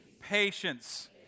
patience